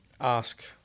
ask